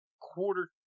quarter